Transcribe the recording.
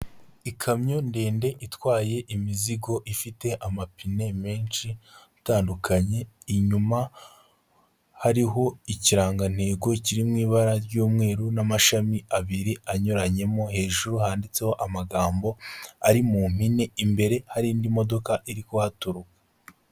Ikamyo ndende itwaye imizigo ifite amapine menshi atandukanye, inyuma hariho ikirangantego kiri mu ibara ry'umweru n'amashami abiri anyuranyemo hejuru handitseho amagambo ari mu mpine, imbere hari indi modoka iri ku haturuka.